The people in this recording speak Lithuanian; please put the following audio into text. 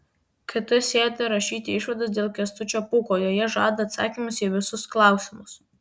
kt sėda rašyti išvados dėl kęstučio pūko joje žada atsakymus į visus klausimus